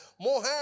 more